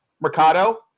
Mercado